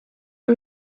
get